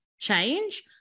change